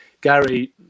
Gary